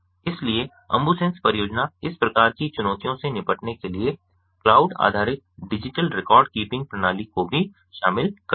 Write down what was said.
इसलिए अंबुसेंस परियोजना इस प्रकार की चुनौतियों से निपटने के लिए क्लाउड आधारित डिजिटल रिकॉर्ड कीपिंग प्रणाली को भी शामिल करती है